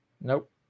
Nope